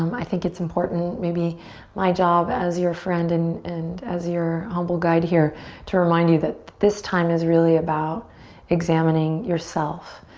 um i think it's important maybe my job as your friend and and as your humble guide here to remind you that this time is really about examining yourself.